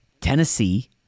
Tennessee